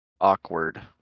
awkward